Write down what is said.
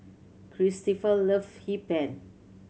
Cristofer love Hee Pan